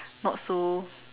not so